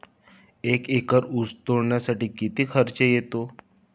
एक एकर ऊस तोडणीसाठी किती खर्च येतो?